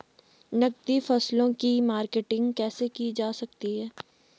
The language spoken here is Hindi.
नकदी फसलों की मार्केटिंग कैसे की जा सकती है?